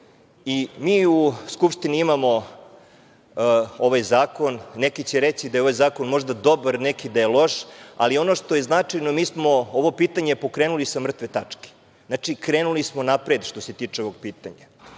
u Skupštini imamo ovaj zakon, neki će reći da je ovaj zakon možda dobar, neki da je loš, ali ono što je značajno mi smo ovo pitanje pokrenuli sa mrtve tačke. Znači, krenuli smo napred, što se tiče ovog pitanja.